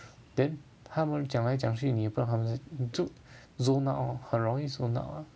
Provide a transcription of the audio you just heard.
then 他们讲来讲去你不知道他们你就很 zone out 容易 zone out